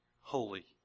holy